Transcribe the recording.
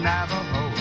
Navajo